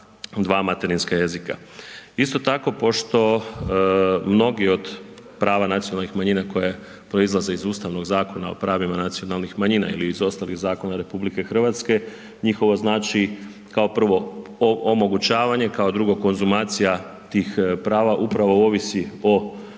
2 materinska jezika. Isto tako pošto mnogi od prava nacionalnih manjina koje proizlaze iz ustavnog Zakona o pravima nacionalnih manjina ili iz ostalih zakona RH njihovo znači kao prvo omogućavanje, kao drugo konzumacija tih prava upravo ovisi o